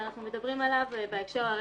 שאנחנו מדברים עליו בהקשר הרטרואקטיבי.